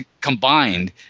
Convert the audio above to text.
combined